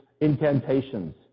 incantations